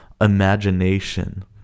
imagination